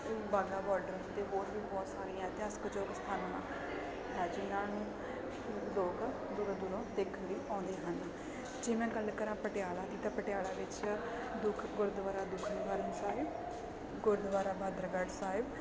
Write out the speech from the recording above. Wagah border ਅਤੇ ਹੋਰ ਵੀ ਬਹੁਤ ਸਾਰੀਆਂ ਇਤਿਹਾਸਕਯੋਗ ਸਥਾਨਾਂ ਹੈ ਜਿਨ੍ਹਾਂ ਨੂੰ ਲੋਕ ਦੂਰੋਂ ਦੂਰੋਂ ਦੇਖਣ ਲਈ ਆਉਂਦੇ ਹਨ ਜੇ ਮੈਂ ਗੱਲ ਕਰਾਂ ਪਟਿਆਲਾ ਦੀ ਤਾਂ ਪਟਿਆਲਾ ਵਿੱਚ ਦੁੱਖ ਗੁਰਦੁਆਰਾ ਦੁੱਖ ਨਿਵਾਰਨ ਸਾਹਿਬ ਗੁਰਦੁਆਰਾ ਬਹਾਦਰਗੜ੍ਹ ਸਾਹਿਬ